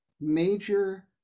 major